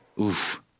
Oof